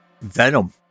Venom